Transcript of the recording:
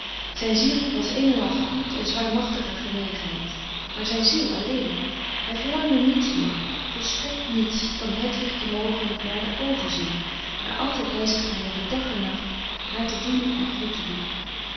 zijn ziel was een en al gloed en zwaarmachtige genegenheid maar zijn ziel alleen hij verlangde niets meer volstrekt niets dan hedwig te mogen naar de oogen zien haar altijd bij zich te hebben dag en nacht haar te dienen en goed te doen